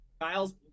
Kyle's